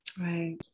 Right